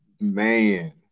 Man